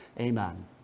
amen